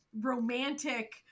romantic